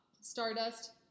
stardust